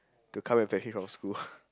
to come and fetch me from school